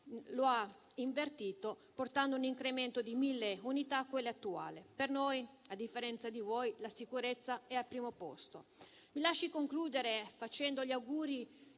lo ha invertito, portando a un incremento del personale di 1.000 unità. Per noi, a differenza di voi, la sicurezza è al primo posto. Mi lasci concludere facendo gli auguri